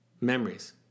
memories